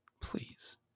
please